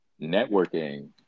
networking